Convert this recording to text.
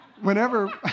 whenever